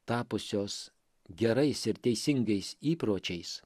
tapusios gerais ir teisingais įpročiais